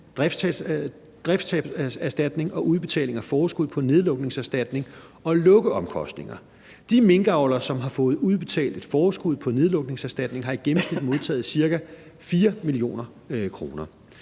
driftstabserstatning og udbetaling af forskud på nedlukningserstatning og lukkeomkostninger. De minkavlere, som har fået udbetalt et forskud på nedlukningserstatningen, har i gennemsnit modtaget ca. 4 mio. kr.